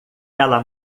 ela